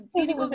okay